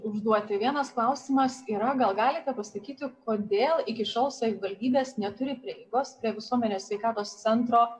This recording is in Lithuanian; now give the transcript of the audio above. užduoti vienas klausimas yra gal galite pasakyti kodėl iki šiol savivaldybės neturi prieigos prie visuomenės sveikatos centro